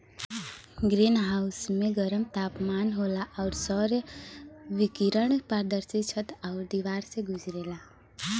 green house में गरम तापमान होला आउर सौर विकिरण पारदर्शी छत आउर दिवार से गुजरेला